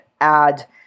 add